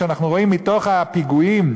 שאנחנו רואים מתוך הפיגועים,